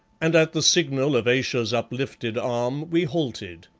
and at the signal of ayesha's uplifted arm we halted.